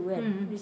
mm mm